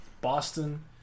Boston-